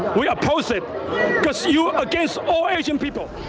we oppose it because you're against all asian people